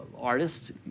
artists